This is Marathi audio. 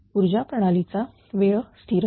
तरTP ऊर्जा प्रणालीचा वेळ स्थिरता